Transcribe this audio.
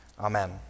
Amen